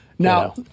Now